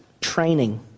training